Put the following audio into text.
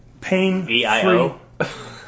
pain-free